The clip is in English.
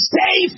Stay